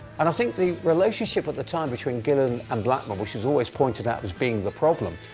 and think the relationship at the time between gillan and blackmore, which is always pointed out as being the problem,